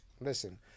listen